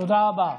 תודה רבה.